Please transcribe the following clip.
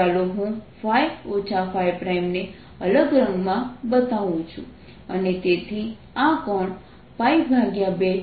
ચાલો હું ને અલગ રંગમાં બતાઉં છું અને તેથી આ કોણ 2 છે